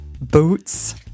Boots